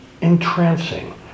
entrancing